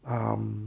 um